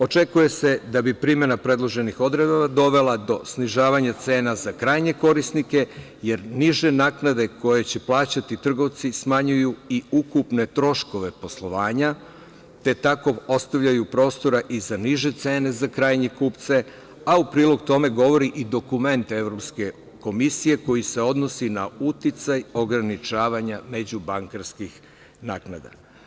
Očekuje se da bi primena predloženih odredaba dovela do snižavanja cena za krajnje korisnike, jer niže naknade koje će plaćati trgovci smanjuju i ukupne troškove poslovanja, te tako ostavljaju prostora i za niže cene za krajnje kupce, a u prilog tome govori i dokument Evropske komisije, koji se odnosi na uticaj ograničavanja međubankarskih naknada.